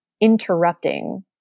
interrupting